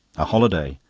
a holiday?